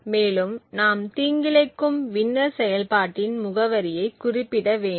மேலும் நாம் தீங்கிழைக்கும் வின்னர் செயல்பாட்டின் முகவரியையும் குறிப்பிட வேண்டும்